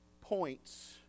points